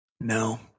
No